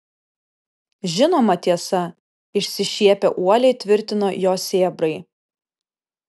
žinoma tiesa išsišiepę uoliai tvirtino jo sėbrai